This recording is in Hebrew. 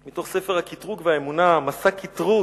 מתוך "ספר הקטרוג והאמונה" "מסע קטרוג".